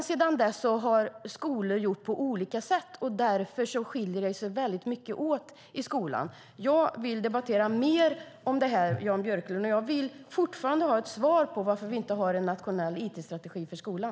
Sedan dess har skolorna gjort på olika sätt, och därför skiljer det sig väldigt mycket åt i skolan. Jag vill debattera mer om det här, Jan Björklund, och jag vill fortfarande ha ett svar på varför vi inte har en nationell it-strategi för skolan.